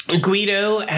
Guido